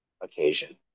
occasion